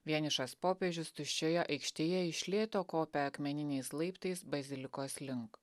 vienišas popiežius tuščioje aikštėje iš lėto kopia akmeniniais laiptais bazilikos link